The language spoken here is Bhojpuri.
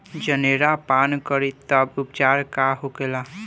जनेरा पान करी तब उपचार का होखेला?